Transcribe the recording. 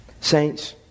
Saints